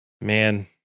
Man